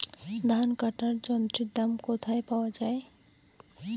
ধান কাটার যন্ত্রের দাম কোথায় পাওয়া যায়?